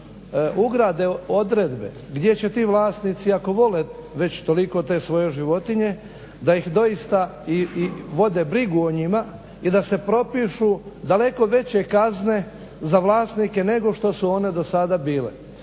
ugrade odredbe gdje će ti vlasnici ako vole već toliko te svoje životinje, da ih doista i vode brigu o njima, i da se propišu daleko veće kazne za vlasnike nego što su one do sada bile.